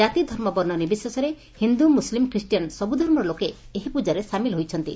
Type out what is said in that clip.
କାତି ଧର୍ମ ବର୍ଷ୍ ନିର୍ବିଶେଷରେ ହିନ୍ଦ ମୁସଲିମ ଖ୍ରୀଷ୍ଟୀଆନ ସବୁ ଧର୍ମର ଲୋକେ ଏହି ପ୍ରଜାରେ ସାମିଲ ହୋଇଛନ୍ତି